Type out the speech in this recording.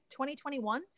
2021